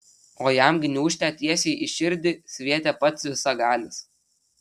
o jam gniūžtę tiesiai į širdį sviedė pats visagalis